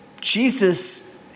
Jesus